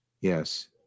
Yes